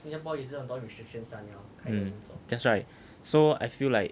mm that's right so I feel like